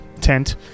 tent